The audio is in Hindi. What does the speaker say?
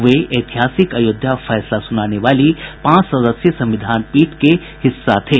वे ऐतिहासिक अयोध्या फैसला सुनाने वाली पांच सदस्यीय संविधान पीठ का हिस्सा थे